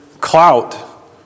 clout